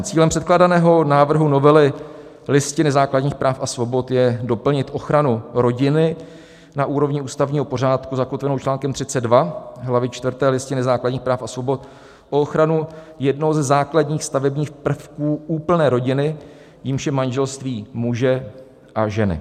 Cílem předkládaného návrhu novely Listiny základních práv a svobod je doplnit ochranu rodiny na úrovni ústavního pořádku zakotvenou článkem 32 hlavy čtvrté Listiny základních práv a svobod o ochranu jednoho ze základních stavebních prvků úplné rodiny, jímž je manželství muže a ženy.